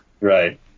Right